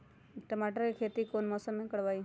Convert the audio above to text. टमाटर की खेती कौन मौसम में करवाई?